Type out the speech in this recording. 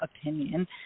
opinion